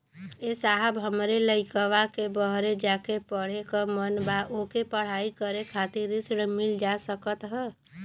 ए साहब हमरे लईकवा के बहरे जाके पढ़े क मन बा ओके पढ़ाई करे खातिर ऋण मिल जा सकत ह?